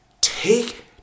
take